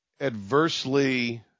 adversely